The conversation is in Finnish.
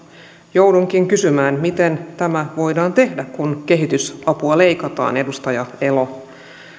joudunkin kysymään miten tämä voidaan tehdä kun kehitysapua leikataan edustaja elo